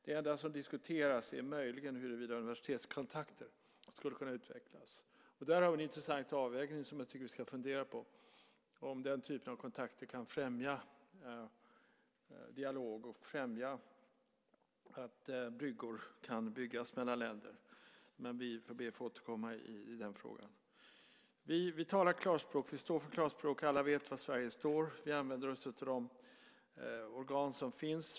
Det som diskuteras är möjligen huruvida universitetskontakter skulle kunna utvecklas. Där har vi en intressant avvägning, och jag tycker att vi ska fundera på om den typen av kontakter kan främja dialog och främja att bryggor kan byggas mellan länder. Vi ber att få återkomma i den frågan. Vi talar klarspråk. Alla vet var Sverige står. Vi använder oss av de organ som finns.